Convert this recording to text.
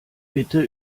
bitte